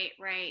right